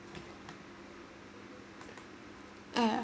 uh